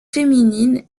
féminines